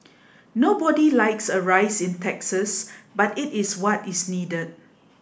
nobody likes a rise in taxes but it is what is needed